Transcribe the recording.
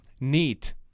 Neat